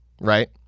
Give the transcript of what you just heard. right